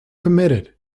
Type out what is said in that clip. committed